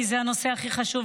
כי זה הנושא הכי חשוב